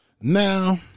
Now